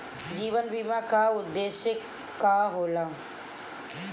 जीवन बीमा का उदेस्य का होला?